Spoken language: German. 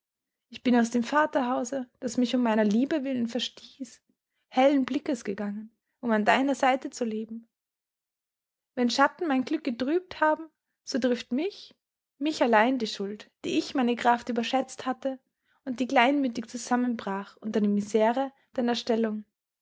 ich bin aus dem vaterhause das mich um meiner liebe willen verstieß hellen blickes gegangen um an deiner seite zu leben wenn schatten mein glück getrübt haben so trifft mich mich allein die schuld die ich meine kraft überschätzt hatte und die kleinmütig zusammenbrach unter der misere deiner stellung